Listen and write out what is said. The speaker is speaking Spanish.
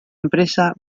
empresa